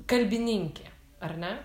kalbininkė ar ne